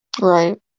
Right